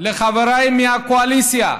לחבריי מהקואליציה,